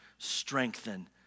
strengthen